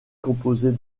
composée